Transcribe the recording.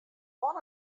man